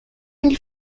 mille